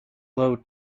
low